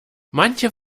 manche